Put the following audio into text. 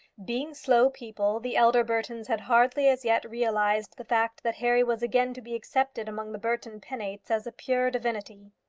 being slow people, the elder burtons had hardly as yet realized the fact that harry was again to be accepted among the burton penates as a pure divinity.